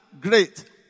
great